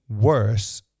worse